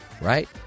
right